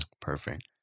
perfect